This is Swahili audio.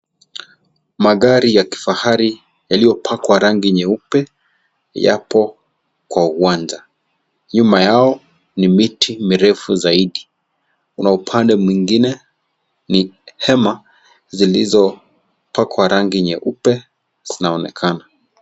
Magari ya kifahari yalio pakwa rangi nyeupe yapo kwa uwanja. Nyuma yao ni miti mirefu zaidi. Una upande mwingine ni hema zilizo pakwa rangi nyeupe zinaonekana.